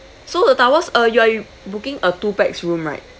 so the towels uh you are you booking a two pax room right